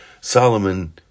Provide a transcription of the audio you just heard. Solomon